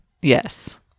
Yes